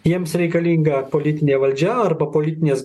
jiems reikalinga politinė valdžia arba politinės